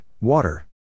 water